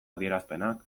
adierazpenak